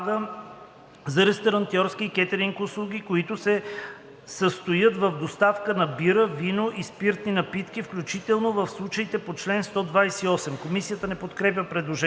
за ресторантьорски и кетъринг услуги, които се състоят в доставка на бира, вино и спиртни напитки, включително в случаите по чл. 128.“ Комисията не подкрепя предложението.